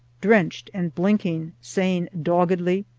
drenched and blinking, saying doggedly,